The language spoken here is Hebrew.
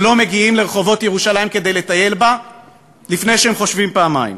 ולא מגיעים לרחובות ירושלים כדי לטייל בה לפני שהם חושבים פעמיים.